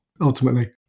ultimately